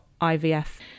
IVF